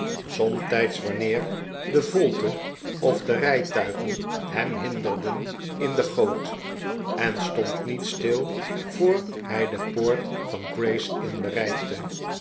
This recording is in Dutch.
somtijds wanneer de volte of de rijtuigen hem hinderden in de goot en stond niet stil voor hij de poort van grays inn bereikte